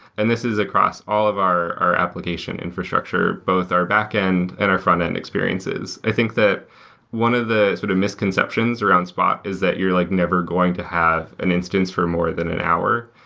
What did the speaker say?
and this is across all of our our application infrastructure both our backend and our frontend experiences. i think one of the sort of misconceptions around spot is that you're like never going to have an instance for more than an hour.